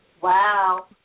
Wow